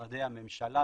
משרדי הממשלה,